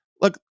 Look